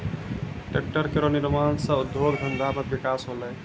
tractor केरो निर्माण सँ उद्योग धंधा मे बिकास होलै